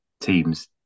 teams